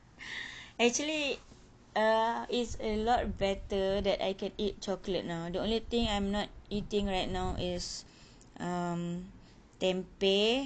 actually err is a lot better that I can eat chocolate now the only thing I'm not eating right now is um tempeh